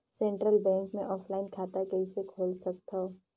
Central bank मे offline खाता कइसे खोल सकथव?